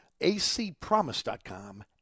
acpromise.com